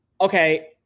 okay